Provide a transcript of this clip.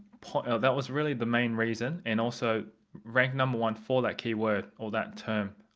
point or that was really the main reason and also rank number one for that keyword or that term.